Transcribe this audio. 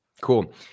Cool